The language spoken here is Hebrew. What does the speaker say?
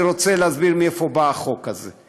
אני רוצה להסביר מאיפה בא החוק הזה,